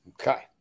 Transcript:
Okay